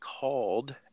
called